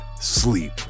sleep